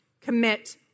commit